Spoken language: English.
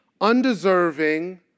undeserving